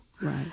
Right